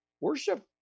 worship